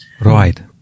Right